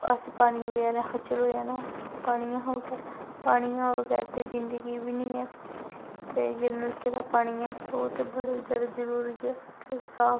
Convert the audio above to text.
असें पानियै बगैरा खज्जल होई जाना पानियै शा बगैर पानियै शा बगैर ते जिन्दगी बी निं ऐ ते जे नलके दा पानी ऐ ओह् ते बड़ा गै जैदा जरूरी ऐ ते साफ